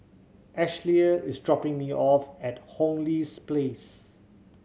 Ashlea is dropping me off at Hong Lee Place